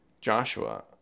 Joshua